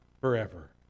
forever